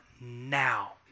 now